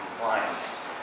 compliance